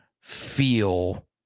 feel